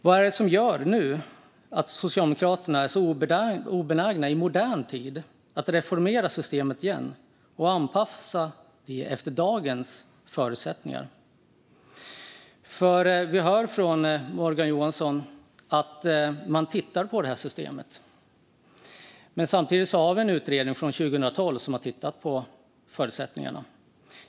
Vad är det som gör att Socialdemokraterna nu i modern tid är så obenägna att reformera systemet igen och anpassa det efter dagens förutsättningar? Vi hör från Morgan Johansson att man tittar på systemet. Men det finns redan en utredning från 2012 som har tittat på förutsättningarna.